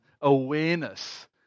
awareness